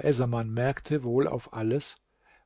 essaman merkte wohl auf alles